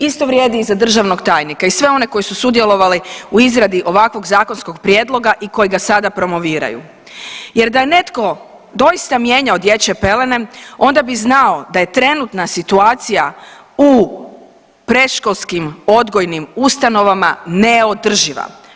Isto vrijedi i za državnog tajnika i sve one koji su sudjelovali u izradi ovakvog zakonskog prijedloga i kojega sada promoviraju, jer da je netko doista mijenjao dječje pelene onda bi znao da je trenutna situacija u predškolskim odgojnim ustanovama neodrživa.